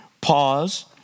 Pause